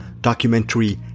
documentary